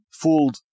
fooled